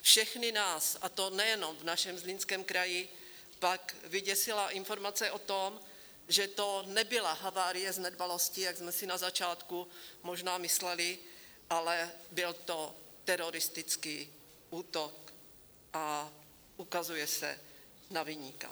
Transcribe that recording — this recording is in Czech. Všechny nás, a to nejenom v našem Zlínském kraji, pak vyděsila informace o tom, že to nebyla havárie z nedbalosti, jak jsme si na začátku možná mysleli, ale byl to teroristický útok, a ukazuje se na viníka.